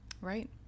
right